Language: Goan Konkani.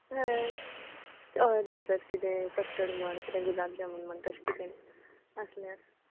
हय हय डॅजट किदें कस्टड म्हण किदें गुलाब जामून म्हण तशें किदें आसल्यार